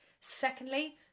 Secondly